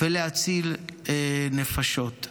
ולהציל נפשות.